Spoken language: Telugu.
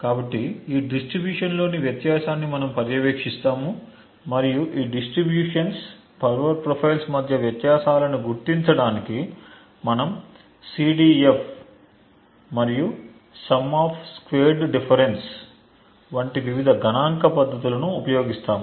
కాబట్టి ఈ డిస్ట్రిబ్యూషన్లోని వ్యత్యాసాన్ని మనం పర్యవేక్షిస్తాము మరియు ఈ డిస్ట్రిబ్యూషన్స్ పవర్ ప్రొఫైల్స్ మధ్య వ్యత్యాసాలను గుర్తించడానికి మనం సిడిఎఫ్ మరియు సమ్ ఆఫ్ స్క్వేర్డ్ డిఫెరెన్స్ వంటి వివిధ గణాంక పద్ధతులను ఉపయోగిస్తాము